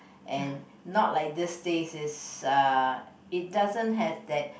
and not like this taste is uh it doesn't have that